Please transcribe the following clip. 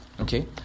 Okay